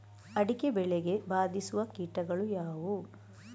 ಅಡಿಕೆ ಬೆಳೆಗೆ ಬಾಧಿಸುವ ಕೀಟಗಳು ಯಾವುವು?